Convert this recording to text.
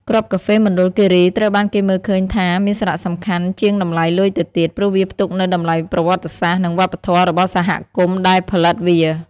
គ្រាប់កាហ្វេមណ្ឌលគិរីត្រូវបានគេមើលឃើញថាមានសារៈសំខាន់ជាងតម្លៃលុយទៅទៀត ព្រោះវាផ្ទុកនូវតម្លៃប្រវត្តិសាស្ត្រ និងវប្បធម៌របស់សហគមន៍ដែលផលិតវា។